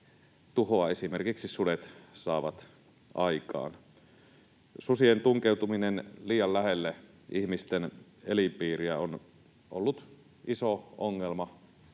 tuhoa esimerkiksi sudet saavat aikaan. Susien tunkeutuminen liian lähelle ihmisten elinpiiriä on ollut iso ongelma